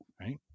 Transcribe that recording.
Right